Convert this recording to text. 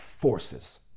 forces